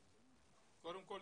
קודם כל,